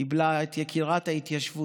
קיבלה את אות יקירת ההתיישבות.